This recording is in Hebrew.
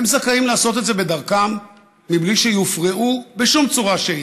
הם זכאים לעשות את זה בדרכם מבלי שיופרעו בשום צורה שהיא,